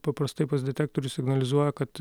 paprastai pas detektorių signalizuoja kad